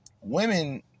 women